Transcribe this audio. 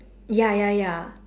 ya ya ya